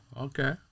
Okay